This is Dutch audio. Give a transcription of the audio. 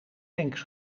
tanks